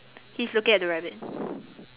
he's looking at the rabbit